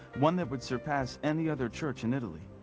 one that would surpass any other church in italy.